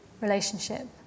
relationship